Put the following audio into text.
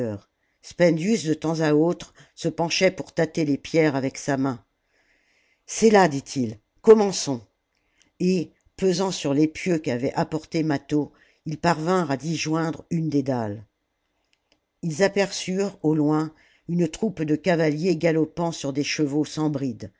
spendius de temps à autre se penchait pour tâter les pierres avec sa main c'est là dit-il commençons et pesant sur l'épieu qu'avait apporté mâtho ils parvinrent à disjoindre une des dalles ils aperçurent au loin une troupe de cavaliers galopant sur des chevaux sans bride